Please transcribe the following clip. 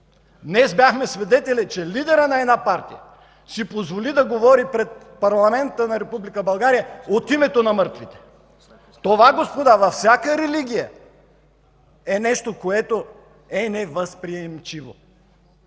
Днес бяхме свидетели, че лидерът на една партия си позволи да говори пред парламента на Република България от името на мъртвите. Това, господа, във всяка религия е нещо, което е невъзприемчиво.